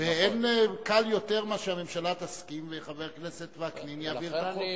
ואין קל יותר מאשר שהממשלה תסכים וחבר הכנסת וקנין יעביר את החוק.